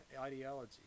ideology